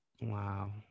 Wow